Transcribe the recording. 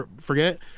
forget